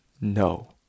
No